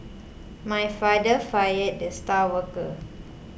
my father fired the star worker